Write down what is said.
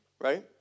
right